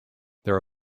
there